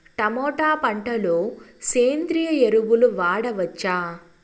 Tomato పంట లో సేంద్రియ ఎరువులు వాడవచ్చా?